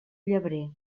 llebrer